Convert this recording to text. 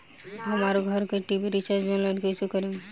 हमार घर के टी.वी रीचार्ज ऑनलाइन कैसे करेम?